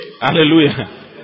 Hallelujah